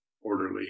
orderly